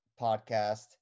podcast